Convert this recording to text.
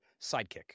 Sidekick